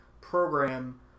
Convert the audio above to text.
program